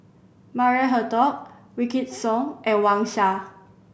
Maria Hertogh Wykidd Song and Wang Sha